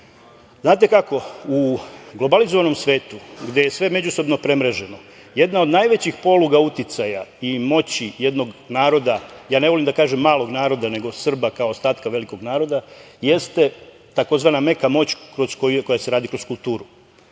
tim. Znate kako, u globalizovanom svetu, gde je sve međusobno premreženo, jedna od najvećih poluga uticaja i moći jednog naroda, ne volim da kažem malog naroda, nego Srba kao ostatka velikog naroda, jeste tzv. meka moć koja se radi kroz kulturu.